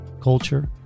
culture